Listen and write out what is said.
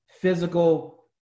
physical